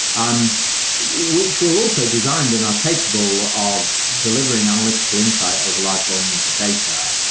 um which were also designed and are capable of delivering analytical insight over large volumes of data.